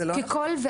זה לא נכון?